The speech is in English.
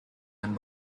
and